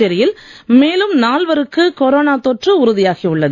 புதுச்சேரியில் மேலும் நால்வருக்கு கொரோனா தொற்று உறுதியாகி உள்ளது